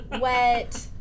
wet